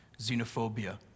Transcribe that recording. xenophobia